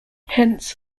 hence